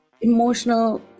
emotional